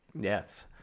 Yes